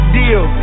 deal